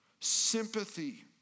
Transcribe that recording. Sympathy